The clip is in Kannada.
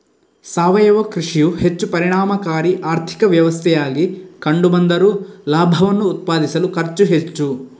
ಸಾವಯವ ಕೃಷಿಯು ಹೆಚ್ಚು ಪರಿಣಾಮಕಾರಿ ಆರ್ಥಿಕ ವ್ಯವಸ್ಥೆಯಾಗಿ ಕಂಡು ಬಂದರೂ ಲಾಭವನ್ನು ಉತ್ಪಾದಿಸಲು ಖರ್ಚು ಹೆಚ್ಚು